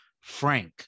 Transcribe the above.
frank